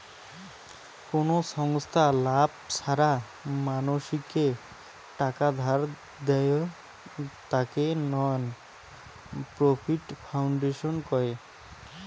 কোন ছংস্থা লাভ ছাড়া মানসিকে টাকা ধার দেয়ং, তাকে নন প্রফিট ফাউন্ডেশন কহে